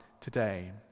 today